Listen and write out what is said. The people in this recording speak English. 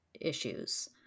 issues